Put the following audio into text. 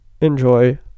enjoy